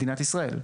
מדינת ישראל.